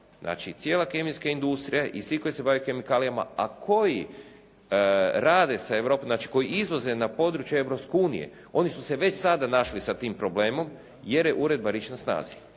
znači cijela kemijska industrija i svi koji se bave kemikalijama, a koji rade sa Europom znači koji izvoze na područje Europske unije, oni su se već sada našli sa tim problemom jer je Uredba Rich na snazi.